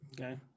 okay